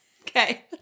Okay